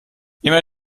immer